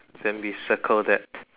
then we circle that